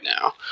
now